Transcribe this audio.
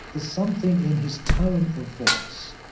there's something in his tone of voice,